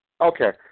Okay